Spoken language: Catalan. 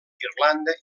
irlanda